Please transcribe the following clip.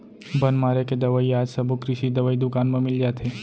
बन मारे के दवई आज सबो कृषि दवई दुकान म मिल जाथे